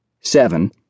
seven-